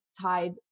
tied